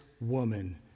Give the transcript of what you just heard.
woman